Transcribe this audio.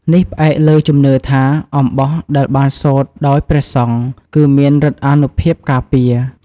នេះផ្អែកលើជំនឿថា អំបោះដែលបានសូត្រដោយព្រះសង្ឃគឺមានឫទ្ធិអានុភាពការពារ។